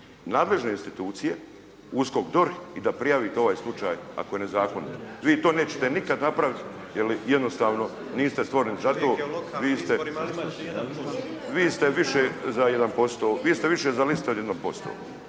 nadležne institucije USKOK, DORH i da prijavite ovaj slučaj ako je nezakonit. Vi to nećete nikada napraviti jel jednostavno niste stvoreni zato, vi ste više za listu od 1%